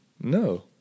No